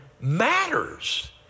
matters